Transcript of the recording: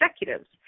executives